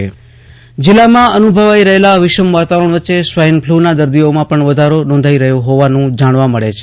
Ashutosh Antani Kutch swine flu જિલ્લામાં અતુલભાઈ રહેલા વિષમ વાતાવરણ વચ્ચ સ્વાઈન ફલુ દર્દીઓમાં પણ વધારો નોંધાઈ રહયો હોવાન જાણવા મળ છે